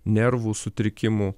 nervų sutrikimų